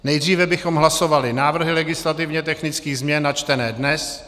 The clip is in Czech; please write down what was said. Nejdříve bychom hlasovali návrhy legislativně technických změn načtené dnes.